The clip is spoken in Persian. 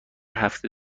هفته